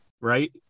right